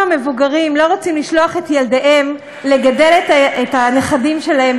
המבוגרים לא רוצים לשלוח את ילדיהם לגדל את הנכדים שלהם